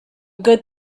good